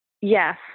Yes